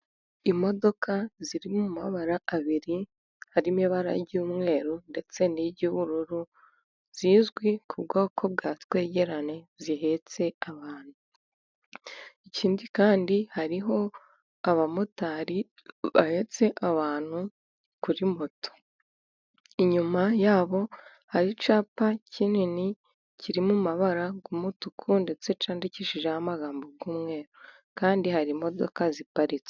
Imodoka ziri mu mabara abiri harimo ibara ry'umweru ndetse n'iryubururu, zizwi ku bwoko bwa twegerane, zihetse abantu. Ikindi hariho abamotari bahetse abantu kuri moto. Inyuma yabo hari icyapa kinini kiri mu mabara y'umutuku, ndetse cyandikishije amagambo y'umweru, kandi hari imodoka ziparitse.